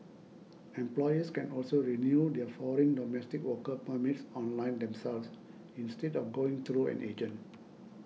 employers can also renew their foreign domestic worker permits online themselves instead of going through an agent